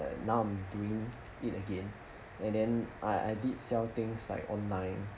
now I'm doing it again and then I I did sell things like online